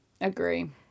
Agree